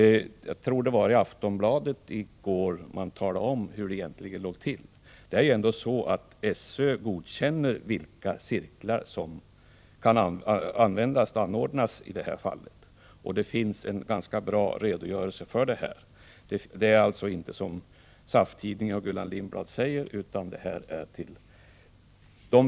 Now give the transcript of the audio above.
Jag tror det var i Aftonbladet i går som man talade om hur det egentligen ligger till. SÖ godkänner de cirklar som i det här fallet anordnas, och det finns en ganska bra redogörelse för det.